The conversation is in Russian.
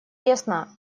ясна